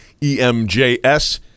EMJS